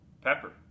Pepper